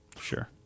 Sure